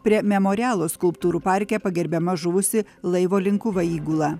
prie memorialo skulptūrų parke pagerbiama žuvusi laivo linkuva įgula